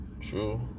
True